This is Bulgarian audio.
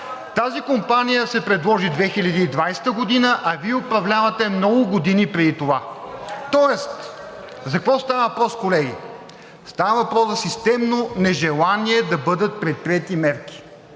Тази компания се предложи 2020 г., а Вие управлявате много години преди това. Тоест за какво става въпрос, колеги? Става въпрос за системно нежелание да бъдат предприети мерки.